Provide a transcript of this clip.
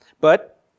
But